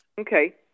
Okay